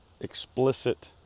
explicit